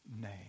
name